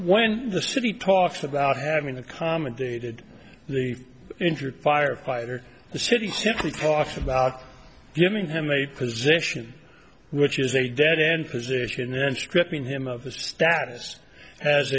when the city talks about having accommodated the injured firefighter the city simply talks about giving him a position which is a dead end position then stripping him of his status as